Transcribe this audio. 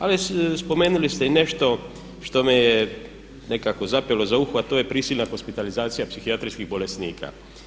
Ali spomenuli ste i nešto što mi je nekako zapelo za uho a to je prisilna hospitalizacija psihijatrijskih bolesnika.